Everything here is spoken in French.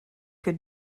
que